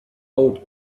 old